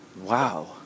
wow